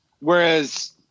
whereas